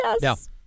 Yes